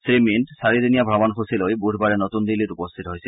শ্ৰী মিণ্ট চাৰিদিনীয়া অমণসূচীলৈ বুধবাৰে নতুন দিন্নীত উপস্থিত হৈছিল